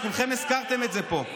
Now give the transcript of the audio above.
וכולכם הזכרתם את זה פה,